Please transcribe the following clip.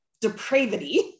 depravity